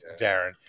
Darren